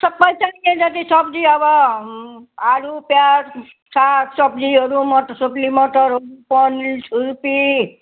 सब थोक के जाति सब्जी अब आलु प्याज साग सब्जीहरू मटर सोपली मटरहरू पनिर छुर्पी